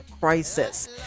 crisis